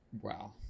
wow